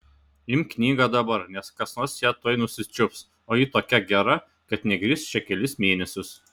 imk knygą dabar nes kas nors ją tuoj nusičiups o ji tokia gera kad negrįš čia kelis mėnesius